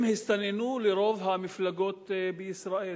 הם הסתננו לרוב המפלגות בישראל